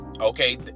Okay